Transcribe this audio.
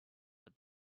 but